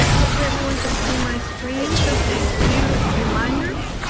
hopefully everyone can see my screen. just a few reminders.